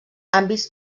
àmbits